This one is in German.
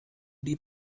die